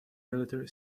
military